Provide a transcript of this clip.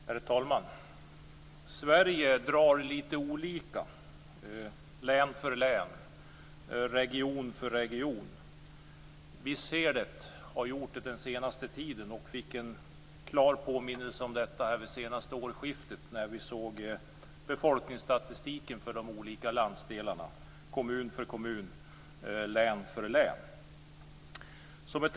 Herr talman! Sverige drar litet olika, län för län, region för region. Vi har sett det den senaste tiden och fick en klar påminnelse om detta vid det senaste årsskiftet när vi såg befolkningsstatistiken för de olika landsdelarna, kommun för kommun, län för län.